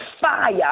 fire